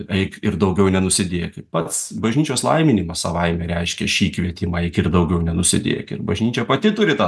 eik ir daugiau nenusidėk pats bažnyčios laiminimas savaime reiškia šį kvietimą eik ir daugiau nenusidėk ir bažnyčia pati turi tą